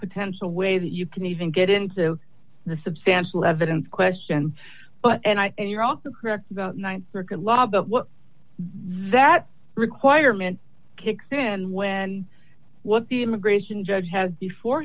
potential way that you can even get into the substantial evidence question but and you're also correct about th circuit law but what that requirement kicks in when what the immigration judge has before